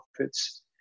outfits